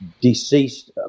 deceased